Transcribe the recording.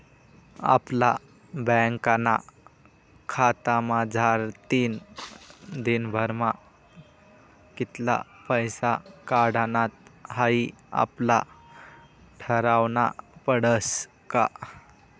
आपला बँकना खातामझारतीन दिनभरमा कित्ला पैसा काढानात हाई आपले ठरावनं पडस का